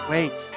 Wait